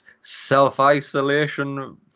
self-isolation